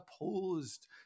opposed